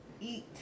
eat